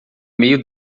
meio